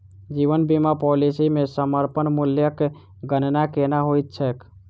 जीवन बीमा पॉलिसी मे समर्पण मूल्यक गणना केना होइत छैक?